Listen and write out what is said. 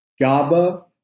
GABA